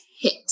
hit